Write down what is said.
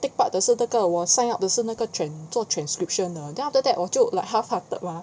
take part 的是那个我 sign up 的是那个 tran~ 做 transcription 的 then after that 我就 like half hearted mah